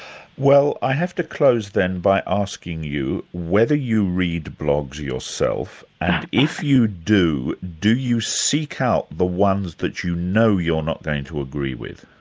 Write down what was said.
well i have to close then by asking you whether you read blogs yourself and if you do, do you seek out the ones that you know you're not going to agree with?